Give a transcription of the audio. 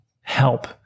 help